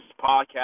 podcast